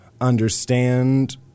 understand